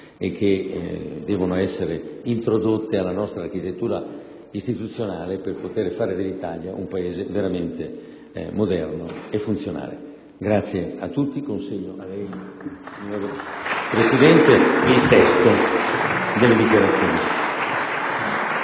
e che devono essere introdotte nella nostra architettura istituzionale per poter fare dell'Italia un Paese veramente moderno e funzionale. Grazie a tutti. Le consegno, dunque, signor Presidente, il testo delle dichiarazioni.*(Vivi